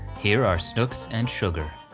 here are snooks and sugar.